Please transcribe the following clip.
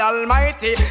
Almighty